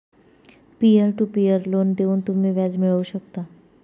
peer to peer loan देऊन तुम्ही व्याज मिळवू शकता